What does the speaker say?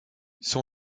son